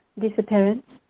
disappearance